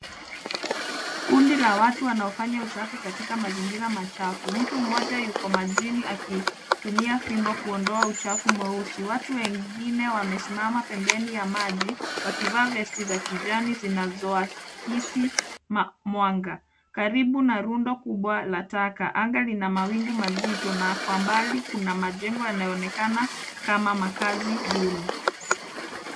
Kundi la watu wanaofanya usafi katika mazingira machafu. Mtu mmoja ako majini akitumia fimbo kuondoa uchafu mweusi. Watu wengine wamesimama pembeni ya maji wakivaa vest za kijani zinazoakisi mwanga. Karibu na rundo kubwa la taka, anga lina mawingu mazito na kwa mbali kuna majengo yanayoonekana kama makazi duni.